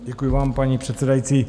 Děkuji vám, paní předsedající.